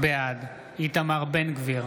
בעד איתמר בן גביר,